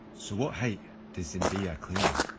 so what height does zendaya claim?